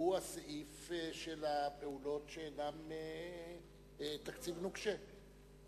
זה הסעיף של הפעולות שאינן תקציב נוקשה,